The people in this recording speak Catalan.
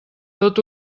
tot